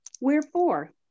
wherefore